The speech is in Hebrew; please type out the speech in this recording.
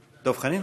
תודה,